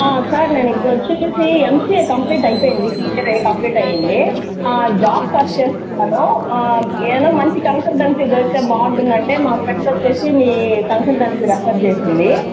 sir నేను ఇప్పుడు వచ్చేసి ఎంసీఏ కంప్లీట్ అయిపోయింది ఇప్పుడే కంప్లీట్ అయ్యింది జాబ్ సెర్చ్ చేస్తున్నాను ఏమన్నా మంచి కన్సల్టెన్సీ దొరుకుతే బాగుంటుంది అంటే మా ఫ్రెండ్ వచ్చేసి మీ కన్సల్టెన్సీ రిఫర్ చేసింది